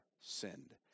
sinned